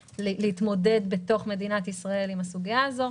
להתמודד בתוך מדינת ישראל עם הסוגיה הזו.